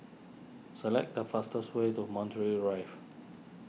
select the fastest way to Montreal Drive